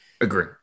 Agree